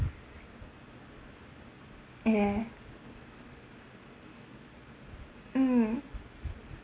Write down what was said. ya mm